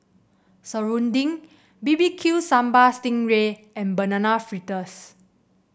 serunding B B Q Sambal Sting Ray and Banana Fritters